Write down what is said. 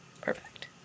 Perfect